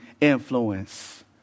influence